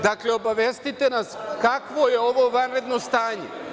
Dakle, obavestite nas kakvo je ovo vanredno stanje?